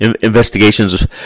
Investigations